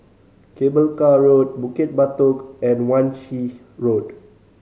Cable Car Road Bukit Batok and Wan Shih Road